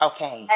Okay